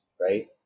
right